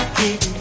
keep